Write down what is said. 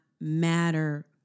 matter